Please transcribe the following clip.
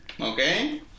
Okay